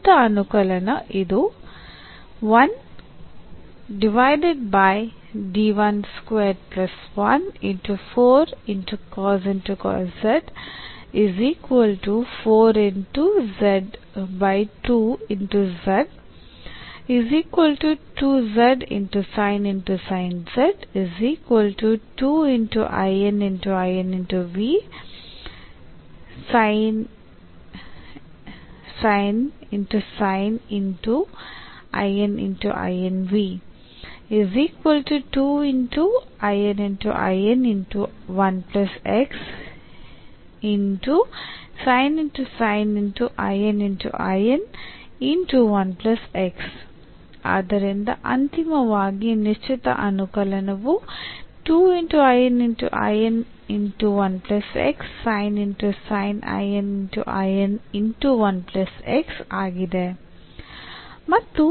ನಿಶ್ಚಿತ ಅನುಕಲನ ಇದು ಆದ್ದರಿಂದ ಅಂತಿಮವಾಗಿ ನಿಶ್ಚಿತ ಅನುಕಲನವು ಆಗಿದೆ